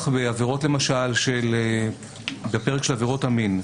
למשל בפרק של עבירות המין,